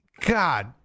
God